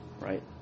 right